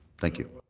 thank you.